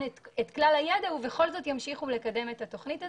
את כלל הידע ובכל זאת ימשיכו לקדם את התכנית הזאת,